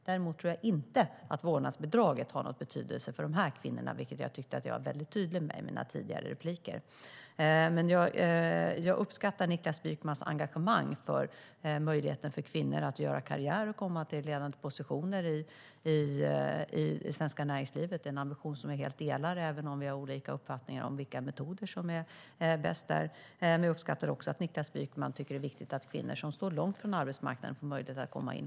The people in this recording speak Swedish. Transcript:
Däremot tror jag inte att vårdnadsbidraget har någon betydelse för dessa kvinnor, vilket jag tycker att jag var tydlig med i mina tidigare inlägg. Jag uppskattar Niklas Wykmans engagemang för kvinnors möjligheter att göra karriär och komma till ledande positioner i det svenska näringslivet. Det är en ambition jag helt delar, även om vi har olika uppfattningar om vilka metoder som är bäst. Jag uppskattar också att Niklas Wykman tycker att det är viktigt att kvinnor som står långt från arbetsmarknaden får möjlighet att komma in.